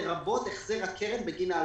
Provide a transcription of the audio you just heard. לרבות החזר הקרן בגין ההלוואות.